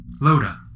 Loda